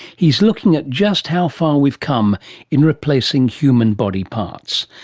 he's looking at just how far we've come in replacing human body parts.